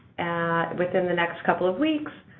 and within the next couple of weeks,